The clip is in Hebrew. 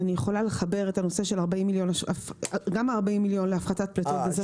אני יכולה לחבר את הנושא של גם ה-40 מיליון להפחתת גזי חממה.